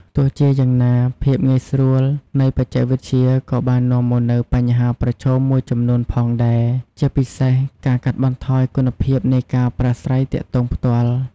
ទោះជាយ៉ាងណា ភាពងាយស្រួលនៃបច្ចេកវិទ្យាក៏បាននាំមកនូវបញ្ហាប្រឈមមួយចំនួនផងដែរ ជាពិសេសការកាត់បន្ថយគុណភាពនៃការប្រាស្រ័យទាក់ទងផ្ទាល់។